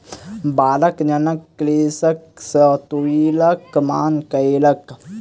बालकगण कृषक सॅ तूईतक मांग कयलक